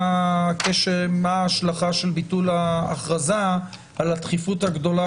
מה ההשלכה של ביטול ההכרזה על הדחיפות הגדולה